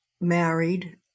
married